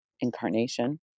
incarnation